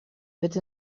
with